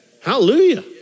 Hallelujah